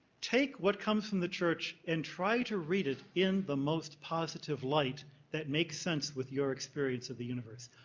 take what comes from the church and try to read it in the most positive light that make sense with your experience of the universe.